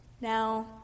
Now